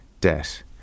debt